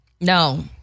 no